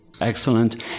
Excellent